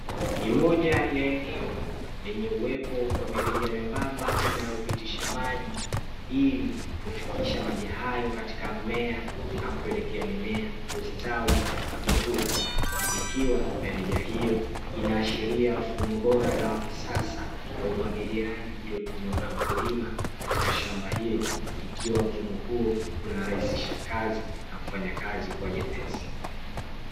Ni moja ya eneo lenye uwepo wa mirija myembamba inayopitisha maji ili kufikisha maji hayo katika mmea na kupelekea mimea kustawi na kukua. Ikiwa mirija hiyo inaashiria mfumo bora na wa kisasa wa umwagiliaji uliotumiwa na mkulima, katika shamba hilo ikiwa mfumo huo unarahisisha kazi na kufanya kazi kuwa nyepesi.